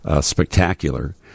spectacular